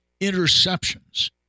Interceptions